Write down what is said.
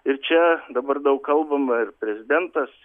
ir čia dabar daug kalbama ir prezidentas